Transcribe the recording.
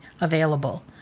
available